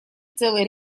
целый